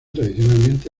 tradicionalmente